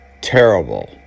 terrible